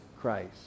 Christ